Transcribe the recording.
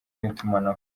n’itumanaho